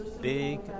big